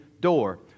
door